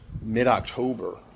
mid-October